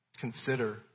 consider